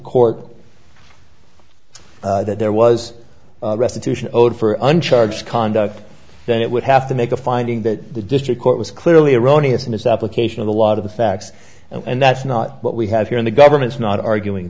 court that there was restitution owed for uncharged conduct then it would have to make a finding that the district court was clearly erroneous in his application of a lot of the facts and that's not what we have here in the government's not arguing